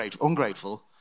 ungrateful